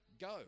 go